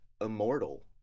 Immortal